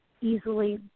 easily